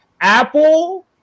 apple